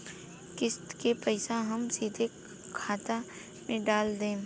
किस्त के पईसा हम सीधे खाता में डाल देम?